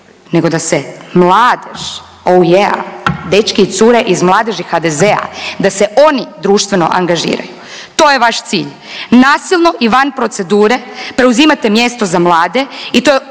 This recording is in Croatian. nego da se mladež o je, dečki i cure iz mladeži HDZ-a da se oni društveno angažiraju. To je vaš cilj nasilno i van procedure preuzimate mjesto za mlade i to je